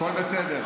הכול בסדר.